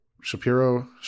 Shapiro